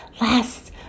Last